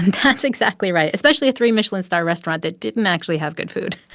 that's exactly right, especially a three-michelin star restaurant that didn't actually have good food